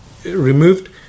removed